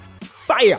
Fire